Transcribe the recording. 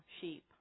sheep